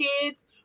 kids